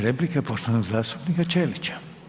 replika je poštovanog zastupnika Ćelića.